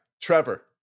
Trevor